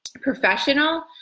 professional